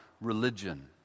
religion